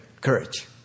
Courage